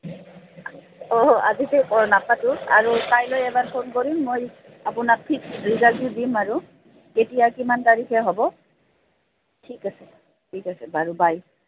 অঁ আজি নাপাতোঁ আৰু কাইলৈ এবাৰ ফোন কৰিম মই আপোনাক ঠিক ৰিজাল্টটো দিম আৰু কেতিয়া কিমান তাৰিখে হ'ব ঠিক আছে ঠিক আছে বাৰু বাই